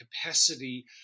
capacity